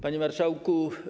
Panie Marszałku!